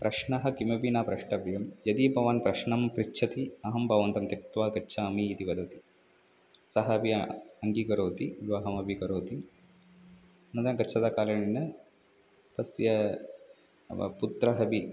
प्रश्नः किमपि न प्रष्टव्यं यदि भवान् प्रश्नं पृच्छति अहं भवन्तः त्यक्त्वा गच्छामि इति वदति सः व्य अङ्गीकरोति विवाहमपि करोति नद गच्छता कालेन तस्य अव पुत्रः अपि